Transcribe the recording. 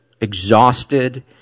exhausted